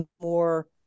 more